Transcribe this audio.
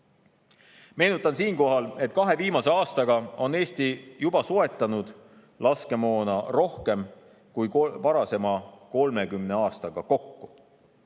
Meenutan siinkohal, et kahe viimase aastaga on Eesti juba soetanud laskemoona rohkem kui varasema 30 aastaga kokku.